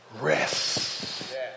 rest